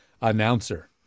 announcer